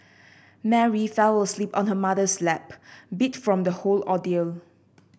Mary fell asleep on her mother's lap beat from the whole ordeal